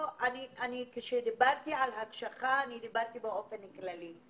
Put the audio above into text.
כשדיברתי על הקשחה, דיברתי באופן כללי.